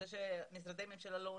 זה שמשרדי הממשלה לא עונים,